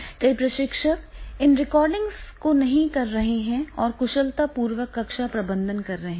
कई प्रशिक्षक इन रिकॉर्डिंग्स को नहीं कर रहे हैं और कुशलतापूर्वक कक्षा प्रबंधन कर रहे हैं